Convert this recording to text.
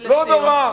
לא נורא.